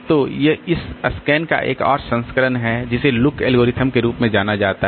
तो इस SCAN का एक और संस्करण है जिसे LOOK एल्गोरिथम के रूप में जाना जाता है